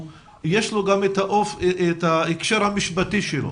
יש לו גם את ההקשר המשפטי שלו.